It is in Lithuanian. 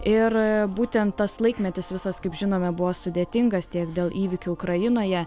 ir būtent tas laikmetis visas kaip žinome buvo sudėtingas tiek dėl įvykių ukrainoje